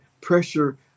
pressure